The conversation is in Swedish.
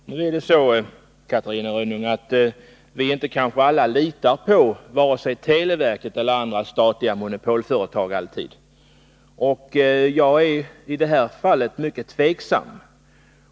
Herr talman! Nu är det så, Catarina Rönnung, att vi kanske inte alla alltid litar på vare sig televerket eller andra statliga monopolföretag. Jag är i det här fallet mycket tveksam.